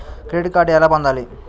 Credit card ఎలా పొందాలి?